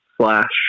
slash